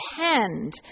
hand